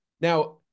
now